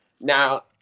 Now